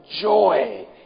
joy